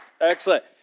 Excellent